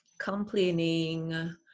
complaining